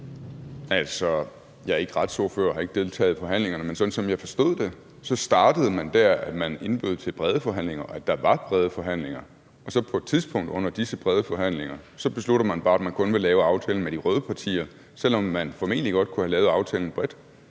(LA): Altså, jeg er ikke retsordfører og har ikke deltaget i forhandlingerne, men sådan som jeg forstod det, startede man der, at man indbød til brede forhandlinger, og at der var brede forhandlinger, og så på et tidspunkt under disse brede forhandlinger beslutter man bare, at man kun vil lave aftalen med de røde partier, selv om man formentlig godt kunne have lavet aftalen bredt.